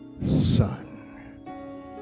son